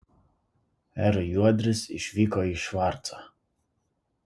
r juodris išvyko į švarcą